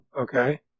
Okay